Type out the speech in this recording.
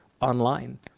online